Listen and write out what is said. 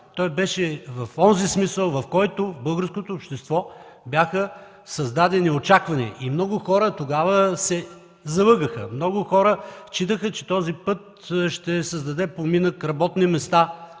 Той беше в онзи смисъл, в който в българското общество бяха създадени очаквания и много хора тогава се залъгаха. Много хора считаха, че този път ще създаде поминък, работни места